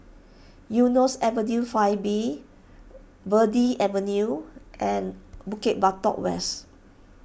Eunos Avenue five B Verde Avenue and Bukit Batok West